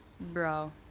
Bro